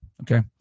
Okay